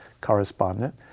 correspondent